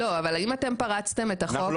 לא אבל אם אתם פרצתם את החוק.